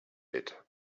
bit